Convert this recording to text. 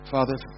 Father